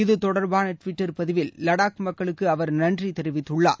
இது தொடர்பானட்விட்டர் பதிவில் லடாக் மக்களுக்குஅவர் நன்றிதெரிவித்துள்ளார்